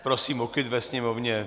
Prosím o klid ve sněmovně.